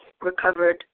Recovered